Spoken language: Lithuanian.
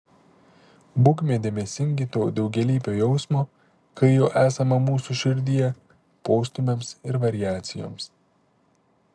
būkime dėmesingi to daugialypio jausmo kai jo esama mūsų širdyje postūmiams ir variacijoms